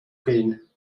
gehen